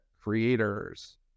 creators